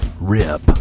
Rip